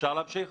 אפשר להמשיך?